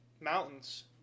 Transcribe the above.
mountains